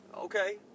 okay